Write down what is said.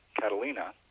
Catalina